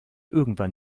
irgendwann